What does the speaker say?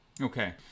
Okay